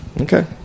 Okay